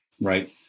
right